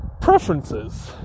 preferences